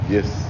Yes